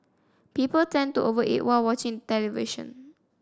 people tend to over eat while watching the television